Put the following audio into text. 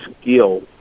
skill